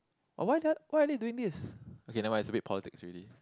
ah why they are why are they doing this okay never mind it's a bit politics already